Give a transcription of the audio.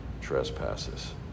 trespasses